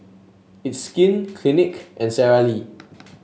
It's Skin Clinique and Sara Lee